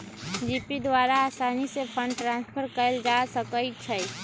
GPay द्वारा असानी से फंड ट्रांसफर कयल जा सकइ छइ